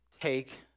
take